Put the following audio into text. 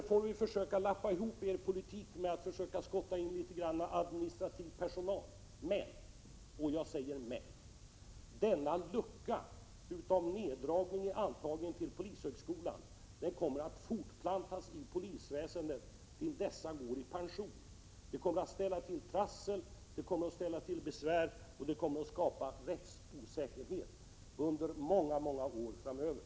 Nu får vi försöka lappa ihop er politik med att försöka skotta in litet administrativ personal, men denna lucka i neddragningen vid antagningen till polishögskolan kommer att fortplantas i polisväsendet till dess att dessa går i pension. Det kommer att ställa till trassel, det kommer att ställa till besvär och det kommer att skapa rättsosäkerhet under många, många år framöver.